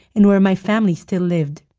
and where my family still lived.